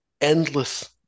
endless